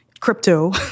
crypto